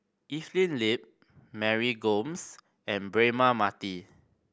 Evelyn Lip Mary Gomes and Braema Mathi